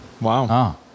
Wow